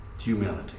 Humility